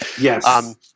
Yes